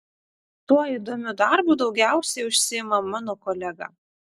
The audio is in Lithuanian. tuo įdomiu darbu daugiausiai užsiima mano kolega